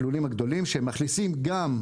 הלולים הגדולים שמאכלים גם,